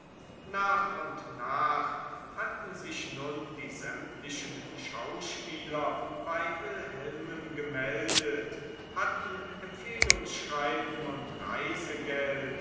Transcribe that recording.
nach und nach hatten sich nun die sämtlichen schauspieler bei wilhelmen gemeldet hatten empfehlungsschreiben und